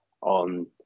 on